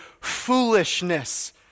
foolishness